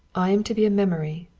i am to be a memory!